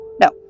no